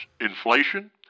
inflation